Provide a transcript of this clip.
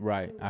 Right